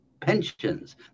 pensions